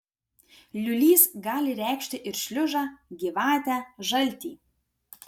liūlys gali reikšti ir šliužą gyvatę žaltį